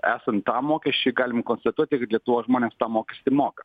esant tam mokesčiui galim konstatuoti lietuvos žmonės tą mokestį moka